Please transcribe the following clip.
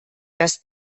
das